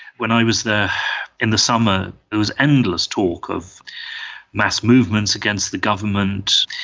when i was there in the summer there was endless talk of mass movements against the government,